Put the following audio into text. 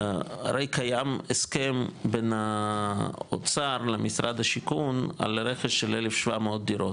הרי קיים הסכם בין האוצר למשרד השיכון על רכש של 1,700 דירות,